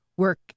Work